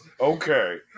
Okay